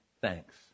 thanks